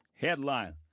Headline